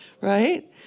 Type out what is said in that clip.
right